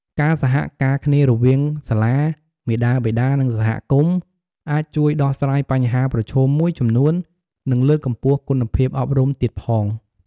ការសហការគ្នារវាងសាលា មាតាបិតា និងសហគមន៍អាចជួយដោះស្រាយបញ្ហាប្រឈមមួយចំនួន និងលើកកម្ពស់គុណភាពអប់រំទៀតផង។